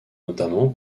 notamment